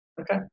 Okay